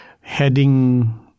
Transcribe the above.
heading